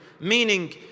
meaning